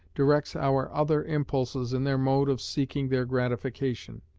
directs our other impulses in their mode of seeking their gratification.